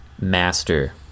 master